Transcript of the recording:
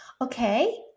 Okay